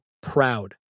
proud